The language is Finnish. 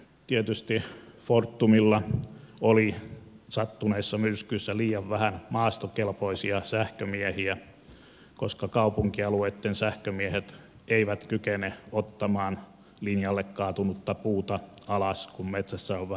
tietysti fortumilla oli sattuneissa myrskyissä liian vähän maastokelpoisia sähkömiehiä koska kaupunkialueitten sähkömiehet eivät kykene ottamaan linjalle kaatunutta puuta alas kun metsässä on vähän lunta